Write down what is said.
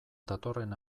datorren